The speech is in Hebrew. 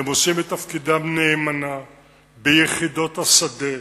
הם עושים את תפקידם נאמנה ביחידות השדה.